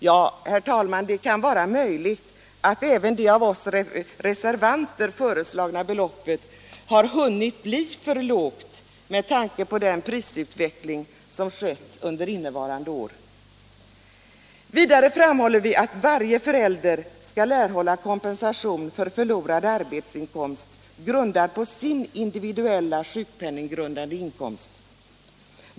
Ja, herr talman, det kan vara möjligt att även det av oss reservanter föreslagna beloppet har hunnit bli för lågt med tanke på den prisutveckling som skett under innevarande år. Vidare framhåller vi att varje förälder skall erhålla kompensation för förlorad arbetsinkomst grundad på sin individuella sjukpenninggrundande inkomst.